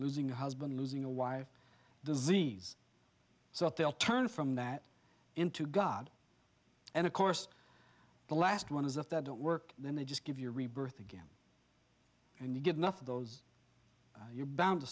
losing a husband losing a wife disease so they'll turn from that into god and of course the last one as if that didn't work then they just give you a rebirth again and you get enough of those you're bound to